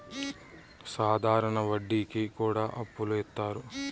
సాధారణ వడ్డీ కి కూడా అప్పులు ఇత్తారు